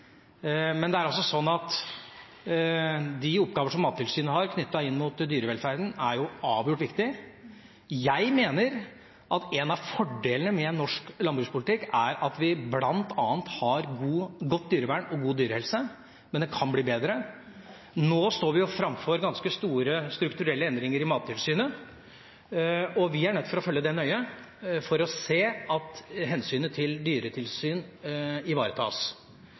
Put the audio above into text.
Men de oppgaver som Mattilsynet har, knyttet til dyrevelferden, er avgjort viktige. Jeg mener at en av fordelene med norsk landbrukspolitikk er at vi bl.a. har et godt dyrevern og en god dyrehelse, men det kan bli bedre. Nå står vi framfor ganske store strukturelle endringer i Mattilsynet, og vi er nødt til å følge det nøye for å se at hensynet til dyretilsyn ivaretas.